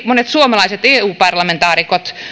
monet suomalaiset eu parlamentaarikot